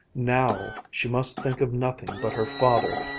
now she must think of nothing but her father!